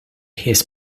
his